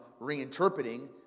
reinterpreting